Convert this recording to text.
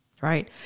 right